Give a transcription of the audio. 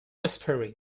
whispering